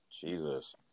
Jesus